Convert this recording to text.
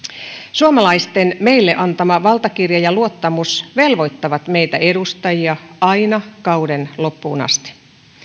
suomalaisten meille antama valtakirja ja luottamus velvoittavat meitä edustajia aina kauden loppuun asti